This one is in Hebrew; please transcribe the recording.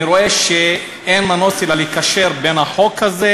אני רואה שאין מנוס מלקשר את החוק הזה